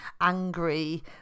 angry